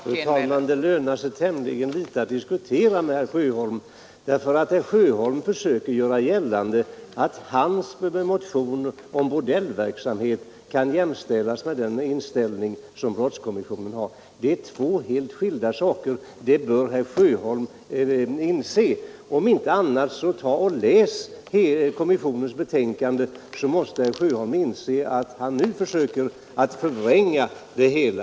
Fru talman! Det lönar sig tämligen litet att diskutera med herr Sjöholm. Han försöker göra gällande att hans motion om bordellverksam het kan jämställas med den inställning som brottskommissionen har. Det är två helt skilda saker, och det bör herr Sjöholm inse. Om inte annat, så ta och läs kommissionens betänkande, så måste herr Sjöholm inse att han nu försöker förvränga det hela.